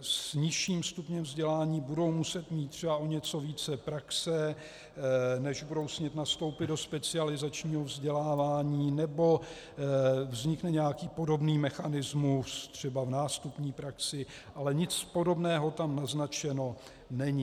s nižším stupněm vzdělání budou muset mít třeba o něco více praxe, než budou smět nastoupit do specializačního vzdělávání, nebo vznikne nějaký podobný mechanismus třeba v nástupní praxi, ale nic podobného tam naznačeno není.